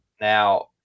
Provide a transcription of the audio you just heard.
Now